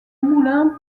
moulin